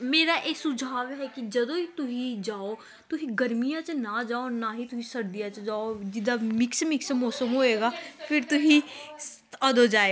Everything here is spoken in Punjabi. ਮੇਰਾ ਇਹ ਸੁਝਾਅ ਹੈ ਕਿ ਜਦੋਂ ਵੀ ਤੁਸੀਂ ਜਾਓ ਤੁਸੀਂ ਗਰਮੀਆਂ 'ਚ ਨਾ ਜਾਓ ਨਾ ਹੀ ਤੁਸੀਂ ਸਰਦੀਆਂ 'ਚ ਜਾਓ ਜਿੱਦਾਂ ਮਿਕਸ ਮਿਕਸ ਮੌਸਮ ਹੋਏਗਾ ਫਿਰ ਤੁਸੀਂ ਉਦੋਂ ਜਾਇ